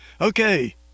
Okay